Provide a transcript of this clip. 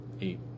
Eight